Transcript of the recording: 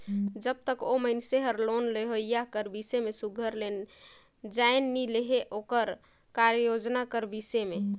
जब तक ओ मइनसे हर लोन लेहोइया कर बिसे में सुग्घर ले जाएन नी लेहे ओकर कारयोजना कर बिसे में